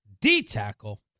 D-tackle